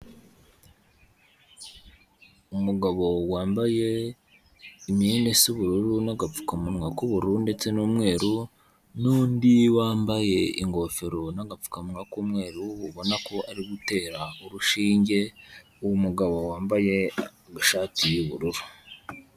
Umugabo wambaye imyenda isa ubururu n'agapfukamunwa k'ubururu ndetse n'umweru n'undi wambaye ingofero n'agapfukamunwa k'umweru ubona ko ari gutera urushinge, uwu mugabo wambaye agashati y'ubururu.